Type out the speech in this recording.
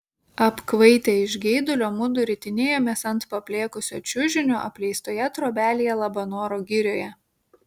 apkvaitę iš geidulio mudu ritinėjomės ant paplėkusio čiužinio apleistoje trobelėje labanoro girioje